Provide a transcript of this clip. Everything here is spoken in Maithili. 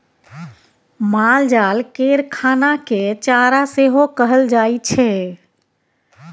मालजाल केर खाना केँ चारा सेहो कहल जाइ छै